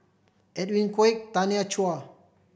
Edwin Koek Tanya Chua